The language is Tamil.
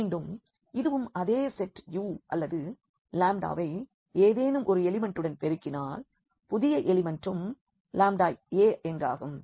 மீண்டும் இதுவும் அதே செட் U அல்லது வை ஏதேனும் ஒரு எலிமெண்டுடன் பெருக்கினால் புதிய எலிமெண்ட்டும் λa என்றாகும்